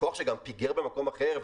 לקוח שגם פיגר במקום אחר,